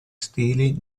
stili